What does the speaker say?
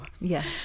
Yes